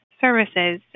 services